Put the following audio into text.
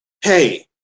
hey